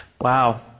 Wow